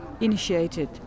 initiated